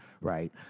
right